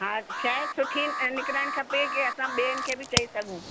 हा शइ सुठी अ निकरण खपे की असां ॿियनि खे बि चई सघूं